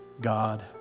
God